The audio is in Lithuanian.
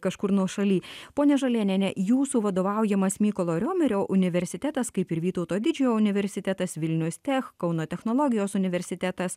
kažkur nuošaly pone žalėnienė jūsų vadovaujamas mykolo riomerio universitetas kaip ir vytauto didžiojo universitetas vilniaus tech kauno technologijos universitetas